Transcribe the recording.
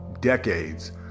decades